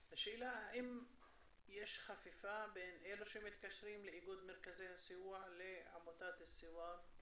השאלה האם יש חפיפה בין אלה שמתקשרים לאיגוד מרכזי הסיוע לעמותת אלסואר?